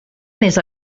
més